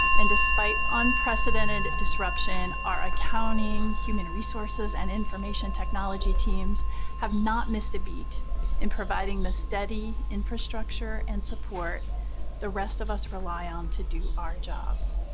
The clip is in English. and despite unprecedented disruption, our accounting, human resources, and information technology teams have not missed a beat in providing the steady infrastructure and support the rest of us rely on to do our jobs.